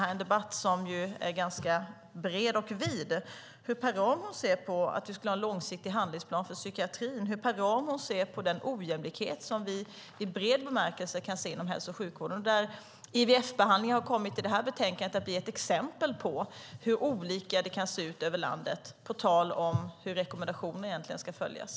Jag vill passa på att fråga Per Ramhorn hur Per Ramhorn ser på att vi ska ha en långsiktig handlingsplan psykiatrin och den ojämlikhet som vi i bred bemärkelse kan se inom hälso och sjukvården. Ivf-behandlingar har i detta betänkande kommit att bli ett exempel på hur olika det kan se ut över landet, på tal om hur rekommendationer egentligen ska följas.